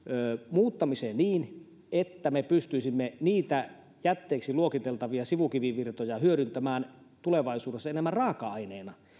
muuttamiseen niin että me pystyisimme niitä jätteiksi luokiteltavia sivukivivirtoja hyödyntämään tulevaisuudessa enemmän raaka aineena